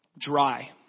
dry